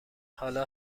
حالا